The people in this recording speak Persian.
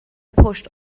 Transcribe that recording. پشت